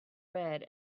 red